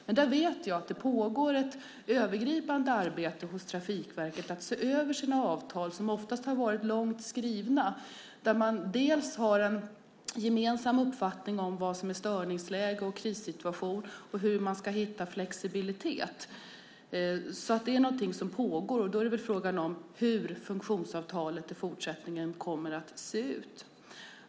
Men jag vet att det pågår ett övergripande arbete hos Trafikverket med att se över verkets avtal, som oftast har varit långt skrivna. Det handlar dels om en gemensam uppfattning om vad som är störningsläge och krissituation, dels om hur man ska hitta flexibilitet. Detta är alltså någonting som pågår. Frågan är hur funktionsavtalet i fortsättningen kommer att se ut.